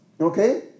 okay